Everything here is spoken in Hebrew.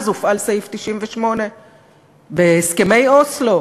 אז הופעל סעיף 98. בהסכמי אוסלו